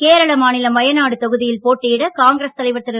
கேரள மாநிலம் வயநாடு தொகுதியில் போட்டியிட காங்கிரஸ் தலைவர் திரு